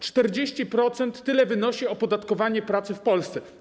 40% - tyle wynosi opodatkowanie pracy w Polsce.